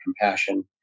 compassion